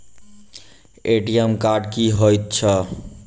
ATM card की हएत छै?